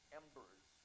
embers